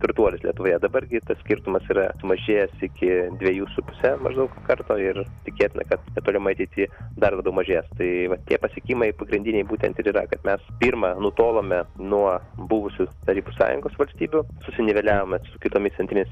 turtuolis lietuvoje dabar gi tas skirtumas yra sumažėjęs iki dviejų su puse maždaug karto ir tikėtina kad netolimoj ateity dar labiau mažės tai va tie pasiekimai pagrindiniai būtent ir yra kad mes pirma nutolome nuo buvusių tarybų sąjungos valstybių susiniveliavome su kitomis centrinės